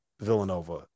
Villanova